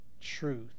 truth